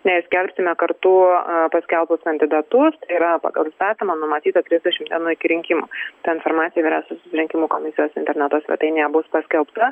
neskelbsime kartu paskelbus kandidatus tai yra pagal įstatymą numatyta trisdešim dienų iki rinkimų ta informacija vyriausiosios rinkimų komisijos interneto svetainėje bus paskelbta